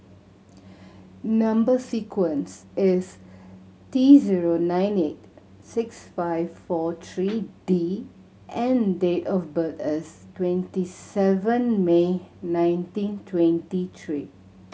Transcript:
number sequence is T zero nine eight six five four three D and date of birth is twenty seven May nineteen twenty three